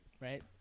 right